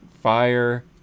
fire